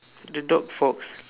the dog